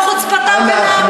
ועמדו כאן ברוב חוצפתם ונאמו.